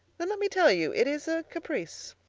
then let me tell you it is a caprice.